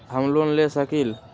हम लोन ले सकील?